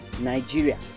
Nigeria